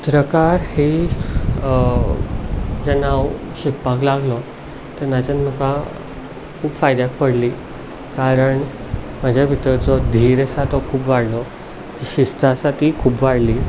चित्रकार ही जेन्ना हांव शिकपाक लागलो तेन्नाच्यान म्हाका खूब फायद्याक पडली कारण म्हजे भितरचो धीर आसा तो खूब वाडलो शिस्त आसा तीय खूब वाडली